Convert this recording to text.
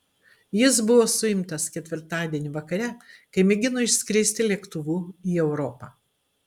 jis buvo suimtas ketvirtadienį vakare kai mėgino išskristi lėktuvu į europą